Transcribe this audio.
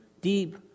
deep